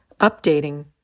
updating